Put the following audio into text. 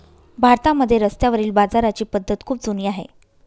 भारतामध्ये रस्त्यावरील बाजाराची पद्धत खूप जुनी आहे